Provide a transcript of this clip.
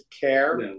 Care